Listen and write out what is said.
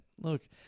Look